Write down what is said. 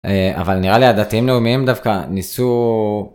אבל נראה לי הדתיים לאומיים דווקא ניסו.